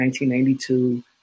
1992